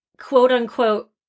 quote-unquote